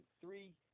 Three